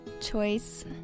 choice